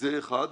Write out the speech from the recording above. זה אחד,